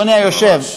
אדוני היושב-ראש,